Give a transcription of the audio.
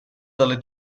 dalle